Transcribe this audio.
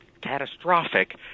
catastrophic